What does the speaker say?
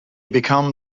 become